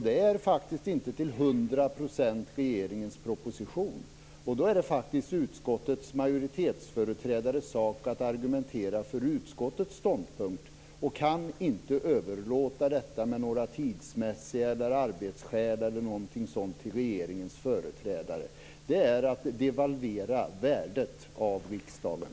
Det är faktiskt inte till 100 % regeringens proposition. Då är det utskottets majoritetsföreträdares sak att argumentera för utskottets ståndpunkt. Man kan inte överlåta detta av några tids eller arbetsmässiga skäl till regeringens företrädare. Det är att devalvera värdet av riksdagen.